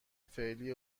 فعلی